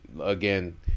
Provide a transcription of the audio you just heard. again